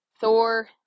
Thor